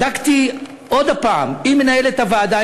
בדקתי עוד הפעם עם מנהלת הוועדה,